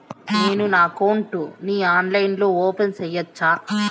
నేను నా అకౌంట్ ని ఆన్లైన్ లో ఓపెన్ సేయొచ్చా?